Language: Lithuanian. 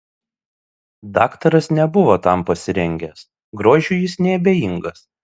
daktaras nebuvo tam pasirengęs grožiui jis neabejingas